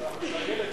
להתרגל לזה.